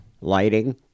lighting